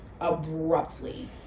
Abruptly